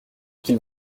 qu’il